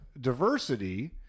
diversity